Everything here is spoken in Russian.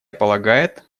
полагает